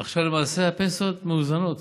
עכשיו, למעשה הפנסיות מאוזנות